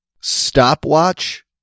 stopwatch